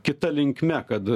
kita linkme kad